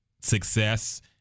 success